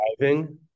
driving